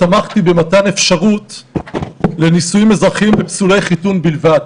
תמכתי במתן אפשרות לנישואים אזרחיים לפסולי חיתון בלבד,